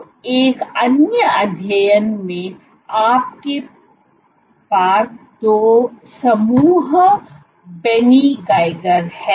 तो एक अन्य अध्ययन में आपके पार्क दो समूह बेनी गीजर हैं